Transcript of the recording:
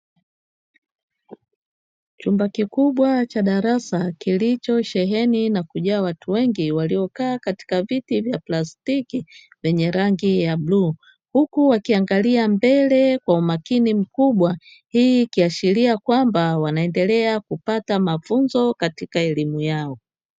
Chumba kikubwa cha darasa, kilichosheheni na kujaa watu wengi waliokaa katika viti vya plastiki vyenye rangi ya bluu, huku wakiangalia mbele kwa umakini mkubwa. Hii ikiashiria kwamba wanaendelea kupata mafunzo katika elimu yao.